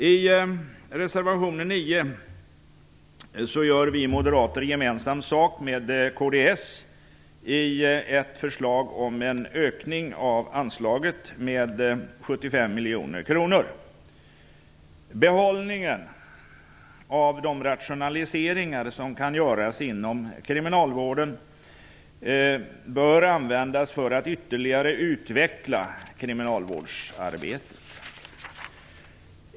I reservation nr 9 gör vi moderater gemensam sak med kds i ett förslag om ökat anslag med 75 miljoner kronor. Behållningen av de rationaliseringar som kan göras inom kriminalvården bör användas för att ytterligare utveckla kriminalvårdsarbetet.